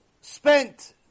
spent